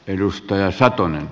arvoisa puhemies